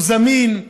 הוא זמין.